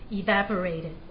evaporated